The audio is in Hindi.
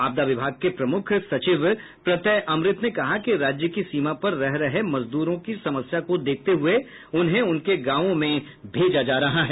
आपदा विभाग के प्रमुख सचिव प्रत्यय अमृत ने कहा कि राज्य की सीमा पर रह रहे मजदूरों की समस्या को देखते हुए उन्हें उनके गांवों में भेजा जा रहा है